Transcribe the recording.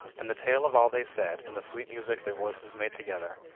and the tale of all they said, and the sweet music their voices made together,